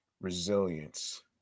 resilience